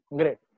great